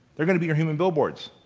they're gonna be your human billboards.